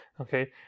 okay